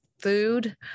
food